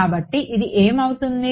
కాబట్టి ఇది ఏమి అవుతుంది